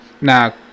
Now